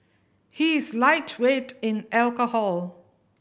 he is lightweight in alcohol